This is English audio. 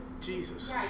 Jesus